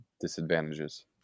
disadvantages